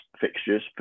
fixtures